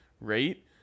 rate